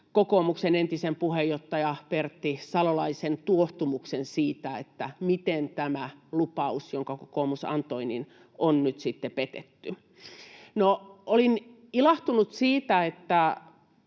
kokoomuksen entisen puheenjohtajan, Pertti Salolaisen, tuohtumuksen siitä, miten tämä lupaus, jonka kokoomus antoi, on nyt sitten petetty. No, olin ilahtunut siitä, että